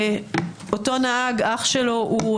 אותו נהג, אח שלו הוא